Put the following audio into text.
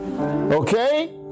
Okay